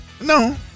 No